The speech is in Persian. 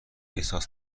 احساس